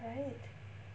right